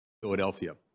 Philadelphia